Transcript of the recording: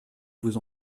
vous